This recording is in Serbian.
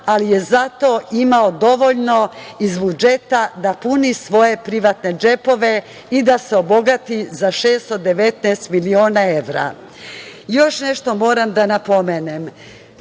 ali je zato imao dovoljno iz budžeta da puni svoje privatne džepove i da se obogati za 619 miliona evra. Još nešto moram da napomenem.